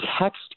text